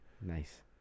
Nice